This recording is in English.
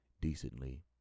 decently